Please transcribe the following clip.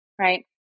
right